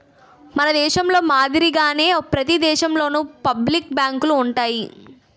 మన దేశంలో మాదిరిగానే ప్రతి దేశంలోనూ పబ్లిక్ బ్యాంకులు ఉంటాయి